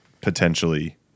potentially